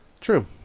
True